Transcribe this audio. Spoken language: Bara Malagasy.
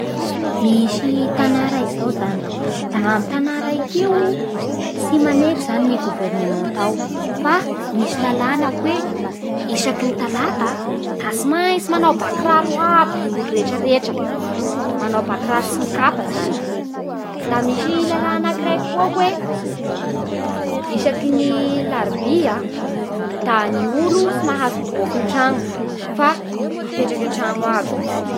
Misy tanà raiky zao zany, da amin'ny tanà raiky io tsy manenky zany ny governemanta ao fa misy lalana hoe isaky ny talata da tsy maintsy manao bakiraro iaby ny olo rehetrarehetra, manao bakiraro tsy mikapa zany Da misy lala anakiraiky koa hoe isaky ny larobia da ny olo tsy mahazo miboaky ny trano fa mipetraky antrano aby